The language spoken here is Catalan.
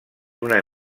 una